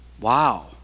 Wow